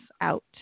out